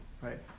Right